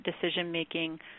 decision-making